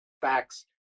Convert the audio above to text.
facts